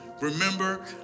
remember